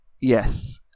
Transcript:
Yes